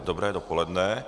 Dobré dopoledne.